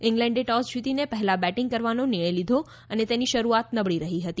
ઈંગ્લેન્ડે toss જીતીને પહેલા batting કરવાનો નિર્ણય લીધો અને તેની શરૂઆત નબળી રહી હતી